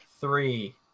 three